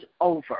over